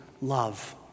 love